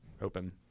open